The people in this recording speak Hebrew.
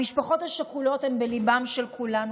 המשפחות השכולות הן בלב של כולנו.